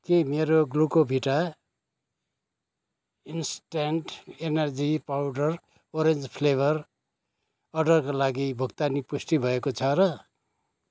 के मेरो Glucovita instant energy powder orange flavour अर्डरका लागि भुक्तानी पुष्टि भएको छ र